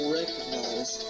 recognize